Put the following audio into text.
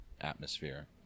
atmosphere